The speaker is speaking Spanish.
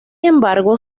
embargo